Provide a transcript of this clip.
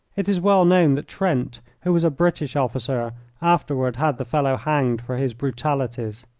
it is well known that trent, who was a british officer, afterward had the fellow hanged for his brutalities.